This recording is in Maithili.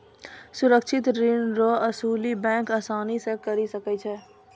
सुरक्षित ऋण रो असुली बैंक आसानी से करी सकै छै